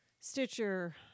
Stitcher